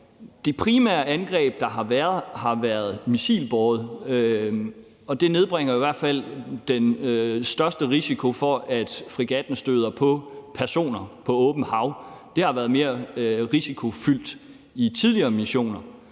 Det primære angreb, der har været, har været med missiler, og det nedbringer jo i hvert fald den største risiko for, at fregatten støder på personer på åbent hav. Det har været mere risikofyldt i tidligere missioner.